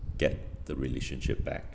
get the relationship back